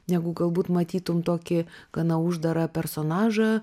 negu galbūt matytum tokį gana uždarą personažą